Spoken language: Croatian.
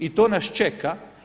I to nas čeka.